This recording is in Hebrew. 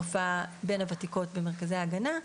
הרופאות הוותיקות במרכזי ההגנה,